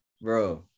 Bro